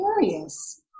curious